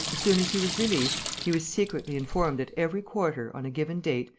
as soon as he was released, he was secretly informed that, every quarter, on a given date,